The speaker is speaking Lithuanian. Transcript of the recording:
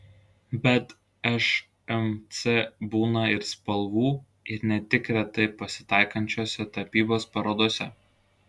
bet šmc būna ir spalvų ir ne tik retai pasitaikančiose tapybos parodose